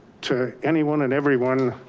to anyone and everyone,